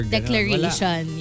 Declaration